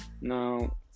Now